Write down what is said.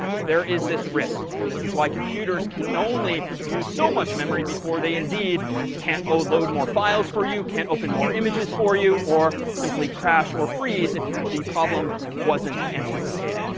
there is this risk. and this is why computers can only use so much memory before they indeed can't oh, load more files for you, can't open more images for you, or simply crash or freeze if the problem wasn't anticipated.